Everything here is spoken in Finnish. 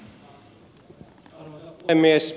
arvoisa puhemies